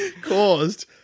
Caused